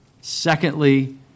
Secondly